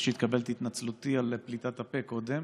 ראשית, קבל את התנצלותי על פליטת הפה קודם,